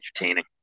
entertaining